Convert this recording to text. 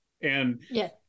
and-